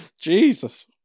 Jesus